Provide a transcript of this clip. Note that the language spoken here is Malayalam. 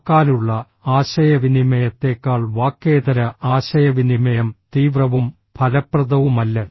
വാക്കാലുള്ള ആശയവിനിമയത്തേക്കാൾ വാക്കേതര ആശയവിനിമയം തീവ്രവും ഫലപ്രദവുമല്ല